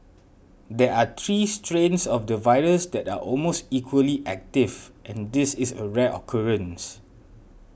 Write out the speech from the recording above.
there are three strains of the virus that are almost equally active and this is a rare occurrence